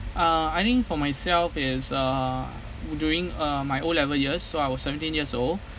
uh I think for myself is uh during uh my o level years so I was seventeen years old